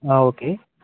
ആ ഓക്കെ